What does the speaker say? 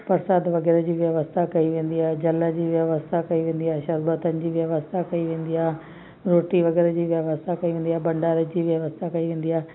परसाद वग़ैरह जी व्यवस्था कई वेंदी आहे जल जी व्यवस्था कई वेंदी आहे शरबतनि जी व्यवस्था कई वेंदी आहे रोटी वग़ैरह जी व्यवस्था कई वेंदी आहे भंडारे जी व्यवस्था कई वेंदी आहे